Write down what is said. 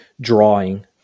drawing